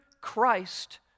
Christ